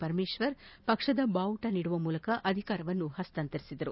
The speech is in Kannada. ಪರಮೇಶ್ವರ್ ಪಕ್ಷದ ಬಾವುಟ ನೀಡುವ ಮೂಲಕ ಅಧಿಕಾರ ಹಸ್ನಾಂತರಿಸಿದರು